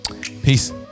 Peace